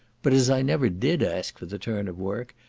but as i never did ask for the turn of work,